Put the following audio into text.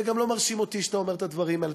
זה גם לא מרשים אותי שאתה אומר את הדברים האלה.